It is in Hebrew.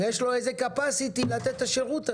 יש לו איזה קפסטי לתת את השירות הזה.